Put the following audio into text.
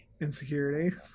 insecurity